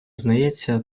знається